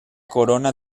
corona